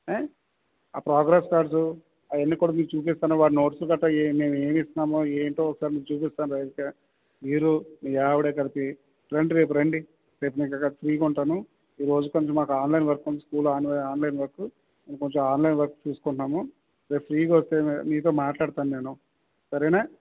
ఏ ఆ progress cards అవన్నీ కూడా మీకు చూపిస్తాను వాడి నోట్స్ గట్రా ఏమి మేము ఏమిస్తున్నమో ఏంటో ఒకసారి చూపిస్తాము రండి మీరు మీ ఆవిడ కలిపి రండి రేపు రండి రేపు నేను ఇంకా కాస్త ఫ్రీగా ఉంటాను ఈ రోజు కొంచెం మాకు ఆన్లైన్ వర్క్ ఉంది స్కూల్లో ఆన్లైన్ వర్క్ కొంచెం ఆన్లైన్ వర్క్ చేసుకుంటున్నాము రేపు ఫ్రీగా వస్తే మీతో మాట్లాడుతాను నేను సరేనా